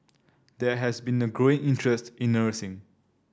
there has been a growing interest in nursing